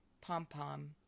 pom-pom